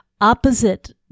opposite